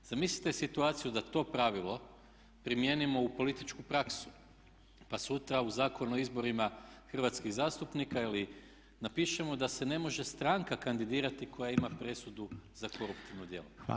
Zamislite situaciju da to pravilo primijenimo u političku praksu pa sutra u Zakon o izborima hrvatskih zastupnika ili napišemo da se ne može stranka kandidirati koja ima presudu za koruptivno djelovanje.